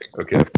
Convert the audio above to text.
okay